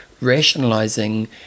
rationalizing